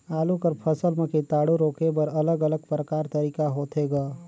आलू कर फसल म कीटाणु रोके बर अलग अलग प्रकार तरीका होथे ग?